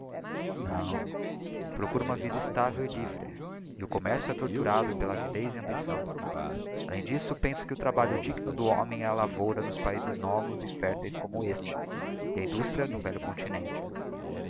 procuro uma vida estável e livre e o commercio é torturado pela avidez e ambição além disso penso que o trabalho digno do homem é a lavoura nos paizes novos e férteis como este e a industria no velho continente